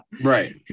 Right